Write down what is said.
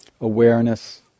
awareness